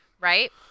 right